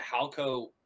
Halco